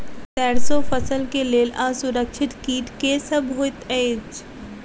सैरसो फसल केँ लेल असुरक्षित कीट केँ सब होइत अछि?